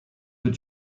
were